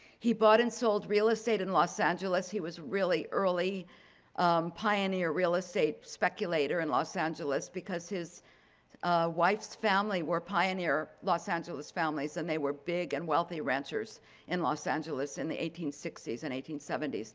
he bought and sold real estate in los angeles. he was really early pioneer real estate speculator in los angeles because his wife's family were pioneer los angeles families and they were big and wealthy ranchers in los angeles in the eighteen sixty s and eighteen seventy s.